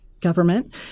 government